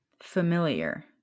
familiar